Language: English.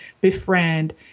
befriend